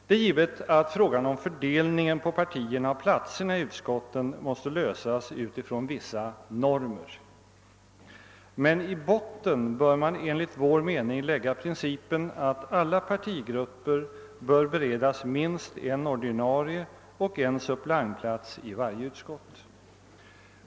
Det är givet att frågan om fördelningen på partierna av platserna i utskotten måste lösas utifrån vissa normer. Men i botten bör man enligt vår mening lägga principen att alla partigrupper bör beredas minst en ordinarie plats och en suppleantplats i varje utskott.